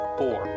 four